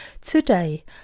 Today